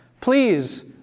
Please